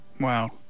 wow